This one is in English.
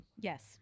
Yes